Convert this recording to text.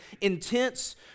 intense